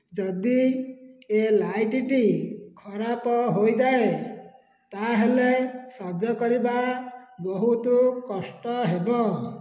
ଯଦି ଏ ଲାଇଟ୍ଟି ଖରାପ ହୋଇଯାଏ ତା'ହେଲେ ସଜ କରିବା ବହୁତ କଷ୍ଟ ହେବ